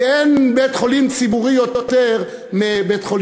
כי אין בית-חולים ציבורי יותר מבית-חולים